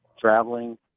traveling